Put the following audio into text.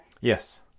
Yes